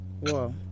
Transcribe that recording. Wow